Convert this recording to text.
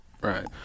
Right